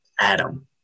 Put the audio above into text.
Adam